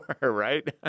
right